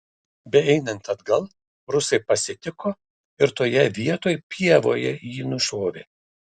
beeinant atgal rusai pasitiko ir toje vietoj pievoje jį nušovė